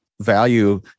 value